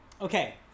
Okay